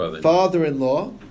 father-in-law